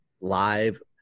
live